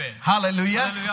hallelujah